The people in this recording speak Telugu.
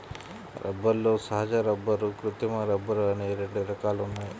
రబ్బరులో సహజ రబ్బరు, కృత్రిమ రబ్బరు అని రెండు రకాలు ఉన్నాయి